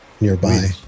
nearby